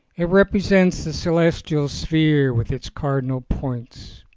it represents the celestial sphere with its cardinal points.